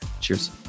Cheers